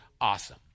awesome